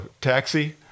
taxi